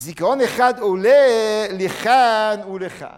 זיכרון אחד עולה לכאן ולכאן.